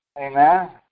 Amen